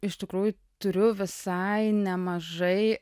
iš tikrųjų turiu visai nemažai